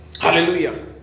hallelujah